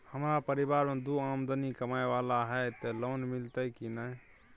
हमरा परिवार में दू आदमी कमाए वाला हे ते लोन मिलते की ने?